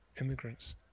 immigrants